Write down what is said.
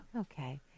Okay